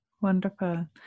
Wonderful